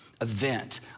Event